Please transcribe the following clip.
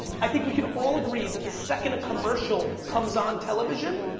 i think we can all agree that the second a commercial comes on television,